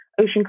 ocean